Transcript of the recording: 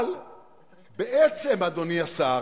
אבל בעצם, אדוני השר,